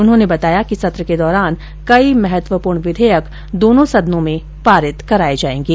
उन्होंने बताया कि सत्र के दौरान कई महत्वपूर्ण विधेयक दोनों सदनों में पारित कराये जायेंगे